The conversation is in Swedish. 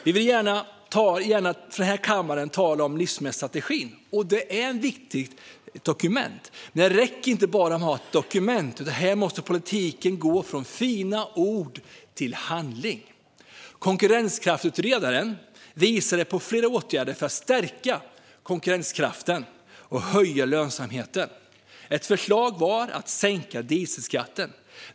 Vi talar gärna i denna kammare om livsmedelsstrategin, och det är ett viktigt dokument. Men det räcker inte att bara ha ett dokument, utan här måste politiken gå från fina ord till handling. Konkurrenskraftsutredaren visade på flera åtgärder för att stärka konkurrenskraften och höja lönsamheten. Ett förslag var att sänka dieselskatten.